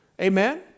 Amen